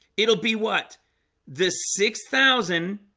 it'll be what this six thousand